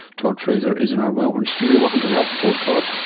todd fraser is in our melbourne studio. welcome to the health report, todd.